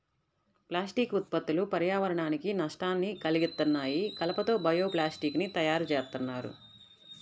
plastic ఉత్పత్తులు పర్యావరణానికి నష్టాన్ని కల్గిత్తన్నాయి, కలప తో బయో ప్లాస్టిక్ ని తయ్యారుజేత్తన్నారు